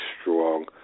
strong